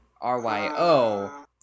R-Y-O